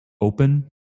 open